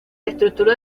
estructura